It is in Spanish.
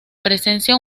presencia